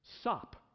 sop